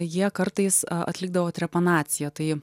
jie kartais atlikdavo trepanaciją tai